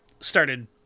started